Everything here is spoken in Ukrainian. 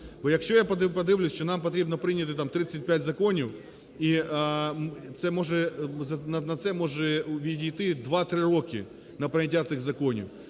Бо якщо я подивлюсь, що нам потрібно прийняти там 35 законів і це може... на це може відійти 2-3 роки, на прийняття цих законів.